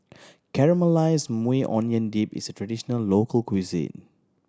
Caramelize Maui Onion Dip is a traditional local cuisine